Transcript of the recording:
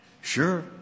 Sure